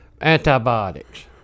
antibiotics